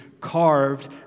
carved